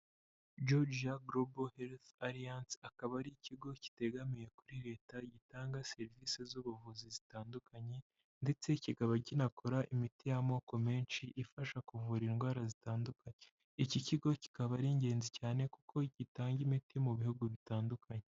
Georgia Global Health Alliance, akaba ari ikigo kitegamiye kuri leta gitanga serivisi z'ubuvuzi zitandukanye ndetse kikaba kinakora imiti y'amoko menshi ifasha kuvura indwara zitandukanye. Iki kigo kikaba ari ingenzi cyane kuko gitanga imiti mu bihugu bitandukanye.